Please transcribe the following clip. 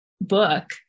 book